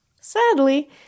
Sadly